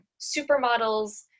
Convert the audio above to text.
supermodels